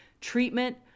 treatment